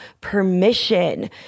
permission